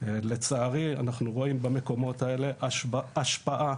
לצערי אנחנו רואים במקומות האלה השפעה